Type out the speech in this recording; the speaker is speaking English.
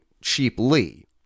cheaply